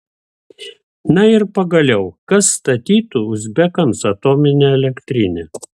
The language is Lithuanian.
na ir pagaliau kas statytų uzbekams atominę elektrinę